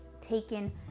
taken